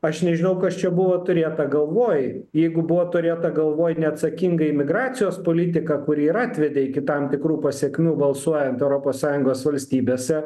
aš nežinau kas čia buvo turėta galvoj jeigu buvo turėta galvoj neatsakinga imigracijos politika kuri ir atvedė iki tam tikrų pasekmių balsuojant europos sąjungos valstybėse